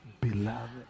beloved